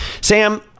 Sam